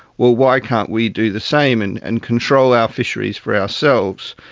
well, why can't we do the same and and control our fisheries for ourselves?